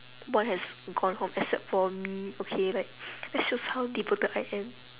one has gone home except for me okay like that shows how devoted I am